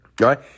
Right